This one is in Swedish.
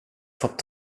fått